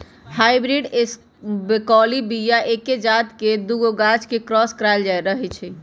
hybrid बलौकीय बीया एके जात के दुगो गाछ के क्रॉस कराएल रहै छै